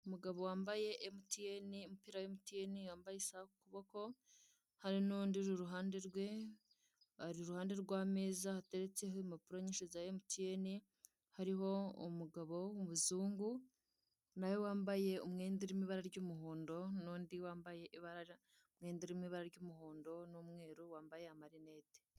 Umugabo wambaye MTN n'umupira wa MTN, yambaye isaha ku kuboko, hari n'undi uri iruhande rwe, ari iruhande rw'ameza hateretseho impapuro nyinshi za MTN, hariho umugabo w'umuzungu nawe wambaye umwenda urimo ibara ry'umuhondo, n'undi wambaye ibara n'undi urimo ibara ry'umuhondo n'umweru wambaye ama lunettene.